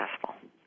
successful